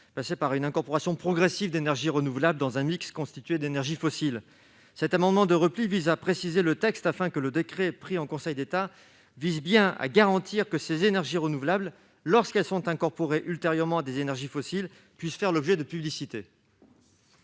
passer par une incorporation progressive d'énergies renouvelables dans un constitué d'énergies fossiles. Cet amendement de repli vise à préciser le texte pour que le décret pris en Conseil d'État garantisse bien la possibilité, pour ces énergies renouvelables incorporées ultérieurement à des énergies fossiles, de faire l'objet de publicité.